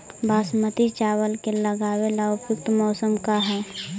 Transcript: बासमती चावल के लगावे ला उपयुक्त मौसम का है?